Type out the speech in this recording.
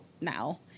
now